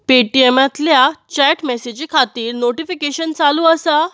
pay T M तल्या chat मेसेजी खातीर नोटीफिकेशन चालू आसा